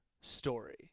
story